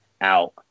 out